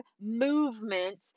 movement